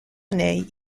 année